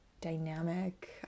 dynamic